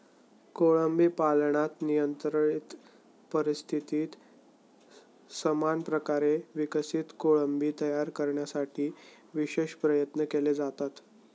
कोळंबी पालनात नियंत्रित परिस्थितीत समान प्रकारे विकसित कोळंबी तयार करण्यासाठी विशेष प्रयत्न केले जातात